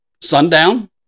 Sundown